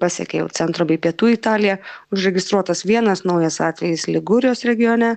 pasiekė jau centro bei pietų italiją užregistruotas vienas naujas atvejis ligūrijos regione